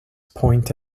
point